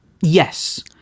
yes